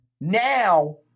Now